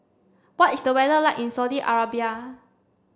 what is the weather like in Saudi Arabia